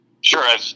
Sure